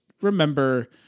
remember